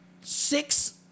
six